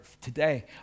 today